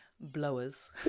blowers